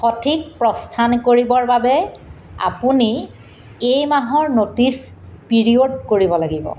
সঠিক প্ৰস্থান কৰিবৰ বাবে আপুনি এই মাহৰ ন'টিছ পিৰিয়ড কৰিব লাগিব